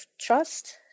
trust